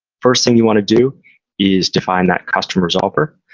first thing you want to do is define that custom resolver.